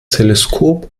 teleskop